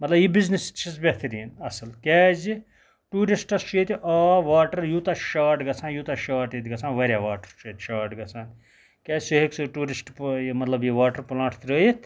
مَطلَب یہٕ بِزنٮ۪س تہٕ چھَس بہتَریٖن اَصل کیازٕ ٹیورِسٹَس چھُ ییٚتہِ آب واٹَر یوٗتاہ شاٹ گَژھان یوٗتاہ شاٹ ییٚتہِ گَژھان واریاہ واٹَر چھُ ییٚتہِ شاٹ گَژھان کیاز سُہ ہیٚکہِ سُہ ٹیورِسٹ مَطلَب یہٕ واٹَر پٕلانٹ ترٲیِتھ